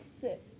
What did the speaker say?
sit